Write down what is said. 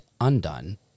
undone